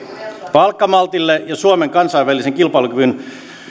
palkkamaltille ja suomen kansainvälisen kilpailukyvyn